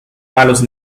malos